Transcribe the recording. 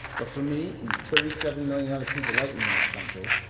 but, for me, and thirty seven million other people like me in this country,